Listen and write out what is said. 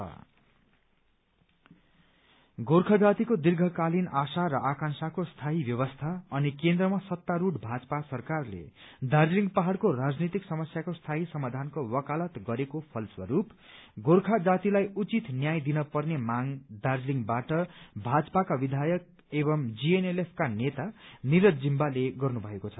GNLF Gorkha जातिको दीर्घकालिन आशा र आकांक्षाको स्थायी व्यवस्था अनि केन्द्रमा सत्तारूढ भाजपा सरकारले दार्जीलिङ पहाड़को राजनैतिक समस्याको स्थायी समाधानका वकालत गरेको फलस्वरूप गोर्खा जातिलाई उचित न्याय दिने पर्ने माग दार्जीलिङवाट भाजपा विधायक एंव जीएनएलएफका नेता निरज जिम्बाले गर्नुभएको छ